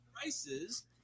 prices